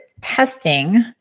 testing